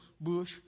bush